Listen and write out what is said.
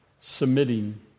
submitting